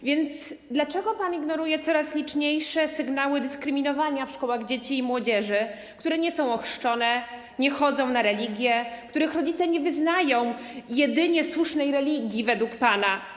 A więc dlaczego pan ignoruje coraz liczniejsze sygnały dyskryminowania w szkołach dzieci i młodzieży, którzy nie są ochrzczeni, nie chodzą na religię, których rodzice nie wyznają jedynie słusznej według pana religii?